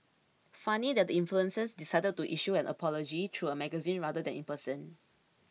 funny that the influencer decided to issue an apology through a magazine rather than in person